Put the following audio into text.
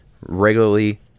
regularly